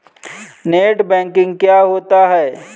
Net banking क्या होता है?